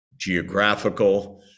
geographical